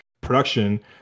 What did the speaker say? production